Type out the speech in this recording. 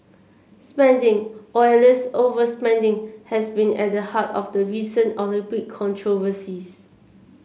spending or at least overspending has been at the heart of the recent Olympic controversies